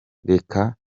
reka